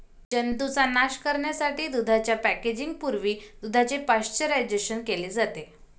जंतूंचा नाश करण्यासाठी दुधाच्या पॅकेजिंग पूर्वी दुधाचे पाश्चरायझेशन केले जाते